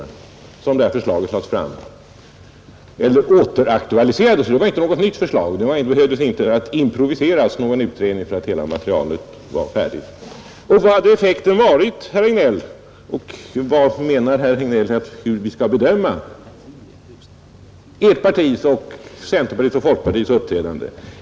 Därför lades det nuvarande förslaget fram — eller rättare sagt återaktualiserades, eftersom det inte var något nytt förslag. Det behövde inte improviseras någon utredning, utan hela materialet fanns redan färdigt. Vilken hade effekten blivit, herr Regnéll, om det modifierade förslaget förts fram till debatt tidigare? Hur menar herr Regnéll att vi skall bedöma Ert partis och centerpartiets och folkpartiets uppträdande?